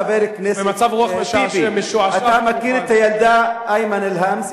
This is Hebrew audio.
חבר הכנסת טיבי, אתה מכיר את הילדה אימאן אל-האמס?